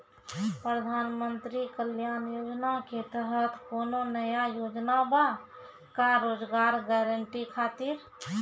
प्रधानमंत्री कल्याण योजना के तहत कोनो नया योजना बा का रोजगार गारंटी खातिर?